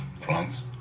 France